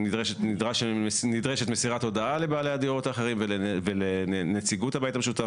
נדרשת מסירת הודעה לבעלי הדירות האחרים ולנציגות הבית המשותף,